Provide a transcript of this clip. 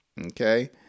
Okay